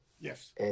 Yes